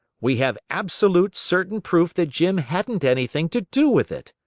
we have absolute, certain proof that jim hadn't anything to do with it.